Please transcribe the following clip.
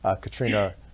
Katrina